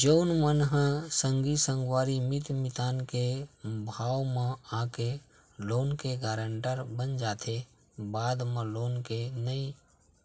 जउन मन ह संगी संगवारी मीत मितानी के भाव म आके लोन के गारेंटर बन जाथे बाद म लोन के नइ